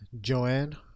Joanne